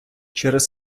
через